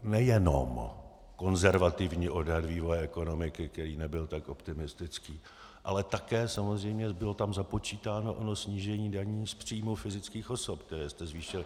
Nejenom konzervativní odhad vývoje ekonomiky, který nebyl tak optimistický, ale také tam bylo samozřejmě započítáno ono snížení daní z příjmu fyzických osob, které jste zvýšili.